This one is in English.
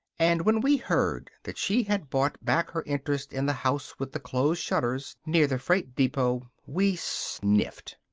and when we heard that she had bought back her interest in the house with the closed shutters, near the freight depot, we sniffed.